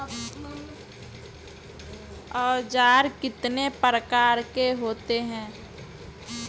औज़ार कितने प्रकार के होते हैं?